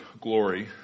glory